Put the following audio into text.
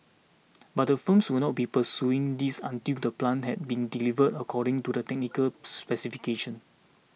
but the firms will not be pursuing this until the plant has been delivered according to the technical specifications